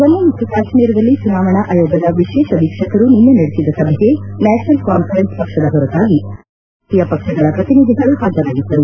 ಜಮ್ಮು ಮತ್ತು ಕಾಶ್ಮೀರದಲ್ಲಿ ಚುನಾವಣಾ ಆಯೋಗದ ವಿಶೇಷ ವೀಕ್ಷಕರು ನಿನ್ನೆ ನಡೆಸಿದ ಸಭೆಗೆ ನ್ಯಾಷನಲ್ ಕಾನ್ಫರೆನ್ಸ್ ಪಕ್ಷದ ಹೊರತಾಗಿ ಬಹುತೇಕ ಎಲ್ಲಾ ರಾಜಕೀಯ ಪಕ್ಷಗಳ ಪ್ರತಿನಿಧಿಗಳು ಹಾಜರಾಗಿದ್ದರು